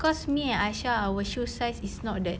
cause me and aisha our shoe size is not that